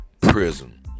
prison